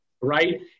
right